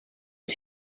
are